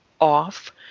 off